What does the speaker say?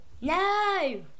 No